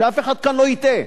שאף אחד כאן לא יטעה.